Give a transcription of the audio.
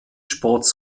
sports